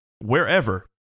wherever